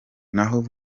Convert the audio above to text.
naho